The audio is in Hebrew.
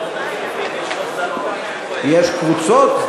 יש קבוצות,